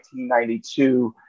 1992